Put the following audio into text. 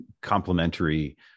complementary